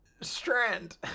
Strand